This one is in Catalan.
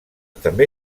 també